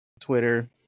Twitter